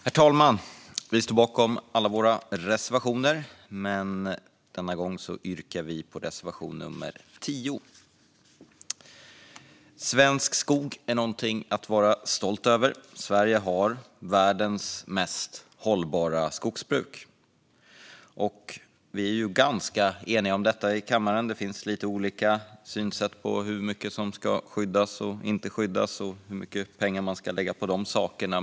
Herr talman! Vi står bakom alla våra reservationer, men denna gång yrkar vi bifall endast till reservation nummer 10. Svensk skog är något att vara stolt över. Sverige har världens mest hållbara skogsbruk. Vi är ganska eniga om detta i kammaren. Det finns lite olika synsätt när det gäller hur mycket som ska skyddas och inte skyddas och hur mycket pengar som ska läggas på dessa saker.